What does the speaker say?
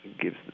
gives